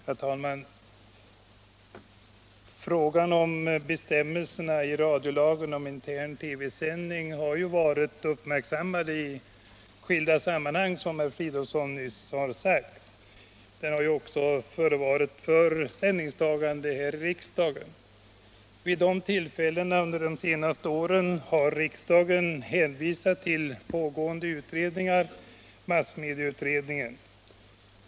Herr talman! Frågan om bestämmelserna i radiolagen om intern TV sändning har varit uppmärksammad i skilda sammanhang, som herr Fridolfsson nyss påpekade. Den har även varit föremål för riksdagens ställningstagande. Vid dessa tillfällen har riksdagen hänvisat till pågående utredningar, bl.a. massmediautredningen.